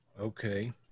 Okay